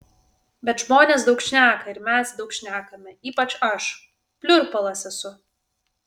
bet žmonės daug šneka ir mes daug šnekame ypač aš pliurpalas esu